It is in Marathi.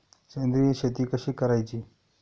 सेंद्रिय शेती कशी करायची?